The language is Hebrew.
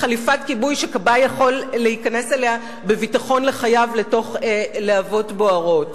לחליפת כיבוי שכבאי יכול להיכנס אתה בביטחון לחייו לתוך להבות בוערות,